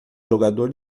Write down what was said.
jogador